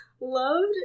loved